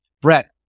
Brett